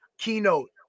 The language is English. Keynote